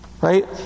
Right